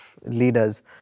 leaders